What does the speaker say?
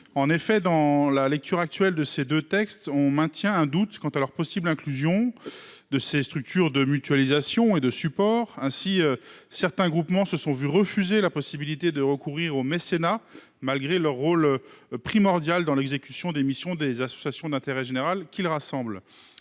La rédaction actuelle de ces deux articles maintient effectivement un doute quant à la possible inclusion de ces structures de mutualisation et de support. Ainsi, certains groupements se sont vu refuser la possibilité de recourir au mécénat, malgré leur rôle primordial dans l’exécution des missions des associations d’intérêt général qu’ils rassemblent.